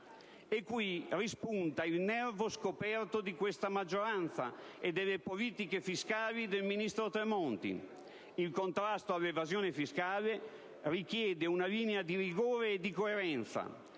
E qui rispunta il nervo scoperto di questa maggioranza e delle politiche fiscali del ministro Tremonti. Il contrasto all'evasione fiscale richiede una linea di rigore e di coerenza,